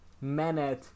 Manet